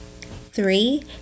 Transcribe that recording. Three